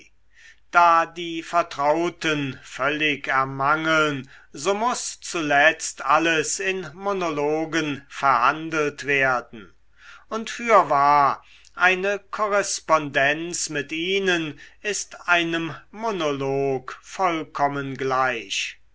da die vertrauten völlig ermangeln so muß zuletzt alles in monologen verhandelt werden und fürwahr eine korrespondenz mit ihnen ist einem monolog vollkommen gleich